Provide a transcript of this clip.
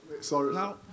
Sorry